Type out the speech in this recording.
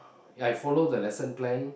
I follow the lesson plan